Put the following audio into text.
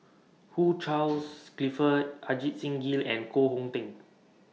Hugh Charles Clifford Ajit Singh Gill and Koh Hong Teng